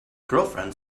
girlfriend